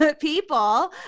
people